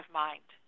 mind